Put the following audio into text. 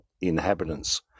inhabitants